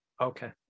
Okay